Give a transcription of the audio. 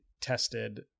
tested